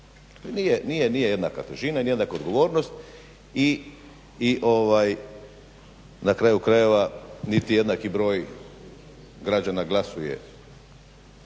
nije jednaka težina ni jednaka odgovornost i na kraju krajeva niti jednaki broj građana glasuje